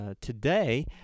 today